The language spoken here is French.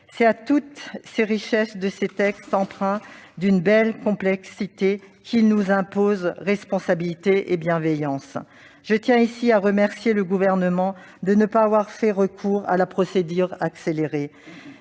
C'est là toute la richesse de ces textes, empreints d'une telle complexité qu'ils nous imposent de faire preuve de responsabilité et de bienveillance. Je tiens ici à remercier le Gouvernement de ne pas avoir eu recours à la procédure accélérée.